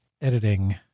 editing